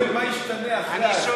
לא, הוא שואל מה ישתנה אחרי ההסדרה.